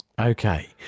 Okay